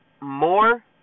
more